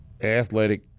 athletic